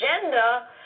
agenda